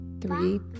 three